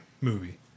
Movie